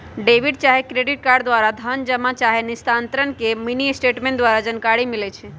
debit चाहे credit card द्वारा धन जमा चाहे निस्तारण के मिनीस्टेटमेंट द्वारा जानकारी मिलइ छै